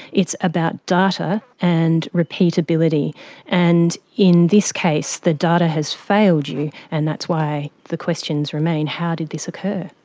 it's about data and repeatability and in this case the data has failed you and that's why the questions remain. how did this occur?